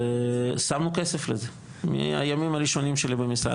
שמנו כסף לזה, מהימים הראשונים שלי במשרד.